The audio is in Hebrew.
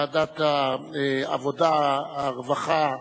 ועדת העבודה, הרווחה,